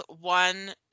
one